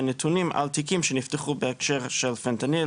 נתונים על תיקים שנפתחו בהקשר של פנטניל,